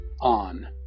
on